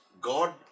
God